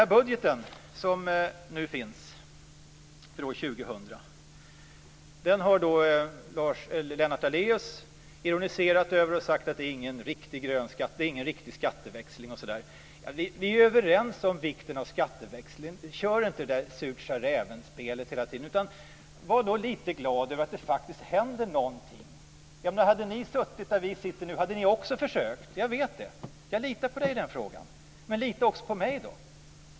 Den budget som nu finns för år 2000 har Lennart Daléus ironiserat över och sagt inte ger någon riktig skatteväxling. Vi är överens om vikten av skatteväxling. Kör inte Surt sa räven-spelet hela tiden, utan var lite glad över att det faktiskt händer någonting. Hade ni suttit där vi sitter nu hade ni också försökt. Jag vet det. Jag litar på Lennart i den frågan. Men lita också på mig då!